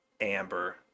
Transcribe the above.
Amber